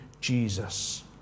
Jesus